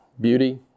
beauty